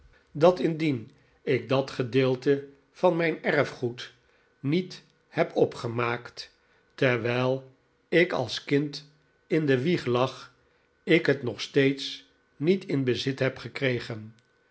dat indien ik dat gedeelte van mijn erfgoed niet heb david copperfield opgemaakt terwijl ik als kind in de wieg lag ik het nog steeds niet in bezit heb gekregen